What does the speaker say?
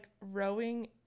rowing